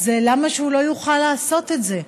אז למה שהוא לא יוכל לעשות את זה?